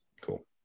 Cool